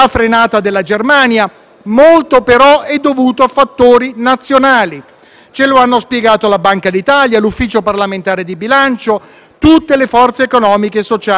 molto, però, è dovuto a fattori nazionali. Ce lo hanno spiegato la Banca d'Italia, l'Ufficio parlamentare di bilancio e tutte le forze economiche e sociali che abbiamo udito.